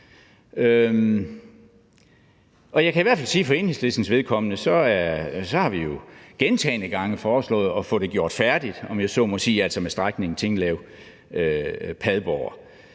Jeg kan i hvert fald sige for Enhedslistens vedkommende, at vi jo gentagne gange har foreslået at få det gjort færdigt, om jeg så må sige, altså med strækningen Tinglev-Padborg.